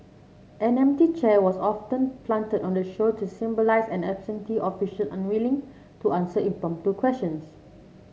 an empty chair was often planted on the show to symbolise an absentee official unwilling to answer impromptu questions